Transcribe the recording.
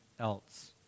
else